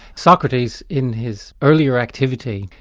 socrates, in his earlier activity,